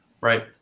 right